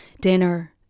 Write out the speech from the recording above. dinner